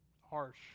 harsh